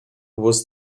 was